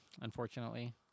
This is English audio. unfortunately